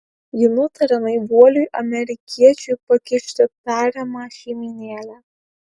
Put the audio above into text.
ji nutaria naivuoliui amerikiečiui pakišti tariamą šeimynėlę